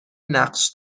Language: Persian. نقش